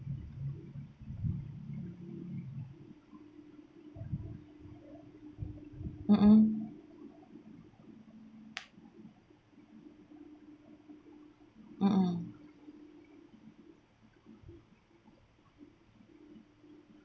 mm mm mm mm